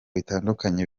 bitandukanye